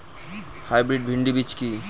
Hybrid ভীন্ডি বীজ কি?